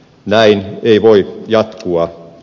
näin ei voi jatkua